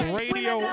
radio